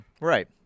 Right